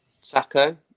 Sacco